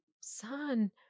son